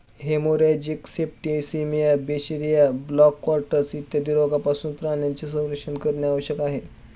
haemorrhagic septicemia, बिशरिया, black quarters इत्यादी रोगांपासून प्राण्यांचे संरक्षण करणे आवश्यक आहे